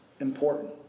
important